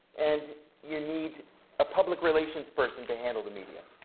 and you need a public relations person to handle the media.